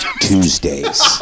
Tuesdays